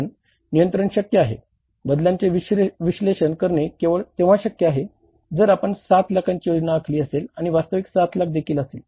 कारण नियंत्रण शक्य आहे बदलांचे विश्लेषण करणे केवळ तेंव्हा शक्य आहे जर आपण 7 लाखांची योजना आखली असेल आणि वास्तविक 7 लाख देखील असेल